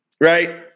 Right